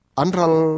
anral